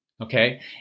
Okay